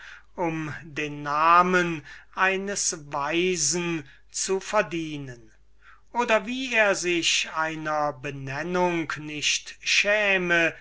um den namen eines weisen zu verdienen oder wie er sich einer benennung nicht schäme